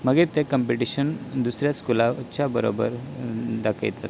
मागी तें कंम्प्टिशन दुसऱ्या स्कुलाच्या बरोबर दाखयतात